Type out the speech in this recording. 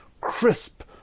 crisp